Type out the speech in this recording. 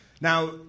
Now